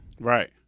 Right